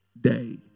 day